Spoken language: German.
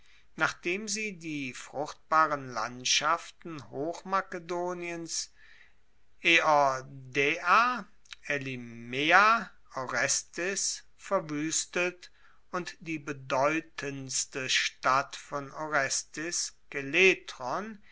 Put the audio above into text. nachdem sie die fruchtbaren landschaften hochmakedoniens eordaea elimea orestis verwuestet und die bedeutendste stadt von orestis